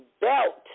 belt